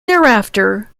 thereafter